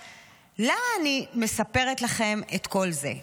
למה אני מספרת לכם את כל זה?